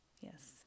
Yes